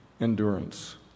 endurance